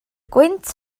gwynt